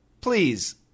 please